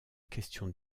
question